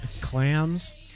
Clams